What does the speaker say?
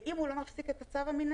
ואם הוא לא מפסיק את הצו המינהלי,